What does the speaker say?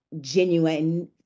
genuine